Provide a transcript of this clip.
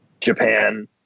Japan